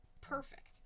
perfect